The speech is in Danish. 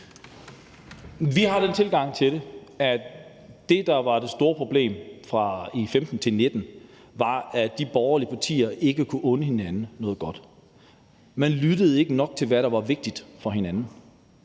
Vi har den tilgang til det, at det, der var det store problem fra 2015-2019 var, at de borgerlige partier ikke kunne unde hinanden noget godt. Man lyttede ikke nok til, hvad der var vigtigt for hinanden,